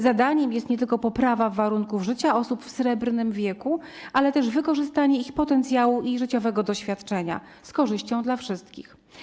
Zadaniem tych programów jest nie tylko poprawa warunków życia osób w srebrnym wieku, lecz także wykorzystanie ich potencjału i życiowego doświadczenia z korzyścią dla wszystkich.